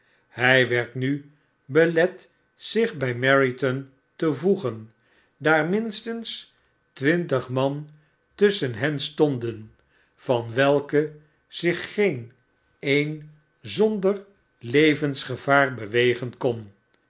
hy werd nu belet zich by meriton te voegen daar minstens twintig man tusschen hen stonden van welke zich geen een zonder levensgevaar bewegen kon